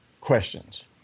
questions